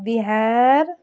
Bihar